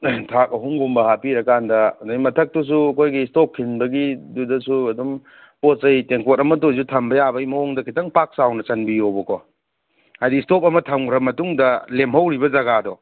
ꯊꯥꯛ ꯑꯍꯨꯝꯒꯨꯝꯕ ꯍꯥꯄꯤꯔꯀꯥꯟꯗ ꯑꯗꯩ ꯃꯊꯛꯇꯨꯁꯨ ꯑꯩꯈꯣꯏꯒꯤ ꯁ꯭ꯇꯣꯞ ꯈꯤꯟꯕꯒꯤꯗꯨꯗꯁꯨ ꯑꯗꯨꯝ ꯄꯣꯠ ꯆꯩ ꯇꯦꯡꯀꯣꯠ ꯑꯃꯠꯇ ꯑꯣꯏꯖꯨ ꯊꯝꯕ ꯌꯥꯕꯩ ꯃꯋꯣꯡꯗ ꯈꯤꯇꯪ ꯄꯥꯛ ꯆꯥꯎꯅ ꯆꯟꯕꯤꯌꯣꯕꯀꯣ ꯍꯥꯏꯗꯤ ꯁ꯭ꯇꯣꯞ ꯑꯃ ꯊꯝꯒ꯭ꯔ ꯃꯇꯨꯡꯗ ꯂꯦꯝꯍꯧꯔꯤꯕ ꯖꯒꯥꯗꯣ